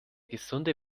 gesunde